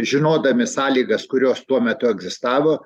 žinodami sąlygas kurios tuo metu egzistavo